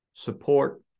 support